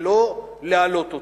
ולא להעלות אותו.